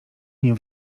nim